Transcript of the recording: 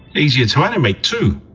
easier to animate too!